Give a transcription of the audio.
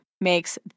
makes